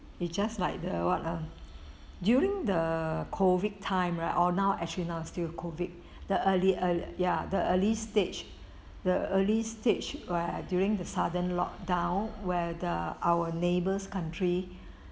it's just like the what ah during the COVID time right or now actually now is still COVID the early earl~ ah ya the early stage the early stage right during the sudden locked down where the our neighbors country